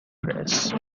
press